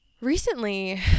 recently